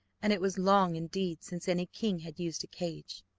and it was long indeed since any king had used a cage.